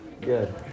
Good